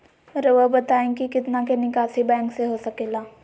रहुआ बताइं कि कितना के निकासी बैंक से हो सके ला?